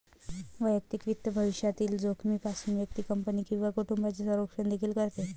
वैयक्तिक वित्त भविष्यातील जोखमीपासून व्यक्ती, कंपनी किंवा कुटुंबाचे संरक्षण देखील करते